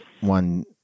one